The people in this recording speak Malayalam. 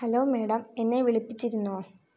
ഹലോ മാഡം എന്നെ വിളിപ്പിച്ചിരുന്നോ